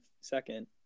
second